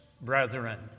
brethren